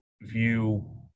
view